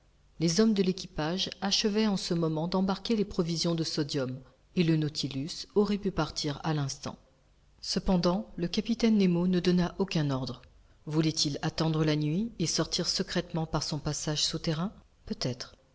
les hommes de l'équipage achevaient en ce moment d'embarquer les provisions de sodium et le nautilusaurait pu partir à l'instant cependant le capitaine nemo ne donna aucun ordre voulait-il attendre la nuit et sortir secrètement par son passage sous-marin peut-être